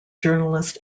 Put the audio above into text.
journalist